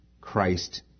Christ